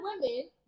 women